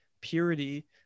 purity